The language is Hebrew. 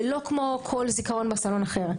זה לא כמו כל זכרון בסלון אחר.